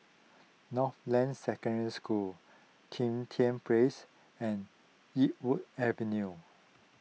Northland Secondary School Kim Tian Place and Yarwood Avenue